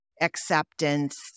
acceptance